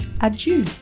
adieu